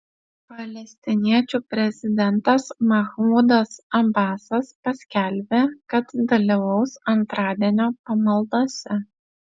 palestiniečių prezidentas mahmudas abasas paskelbė kad dalyvaus antradienio pamaldose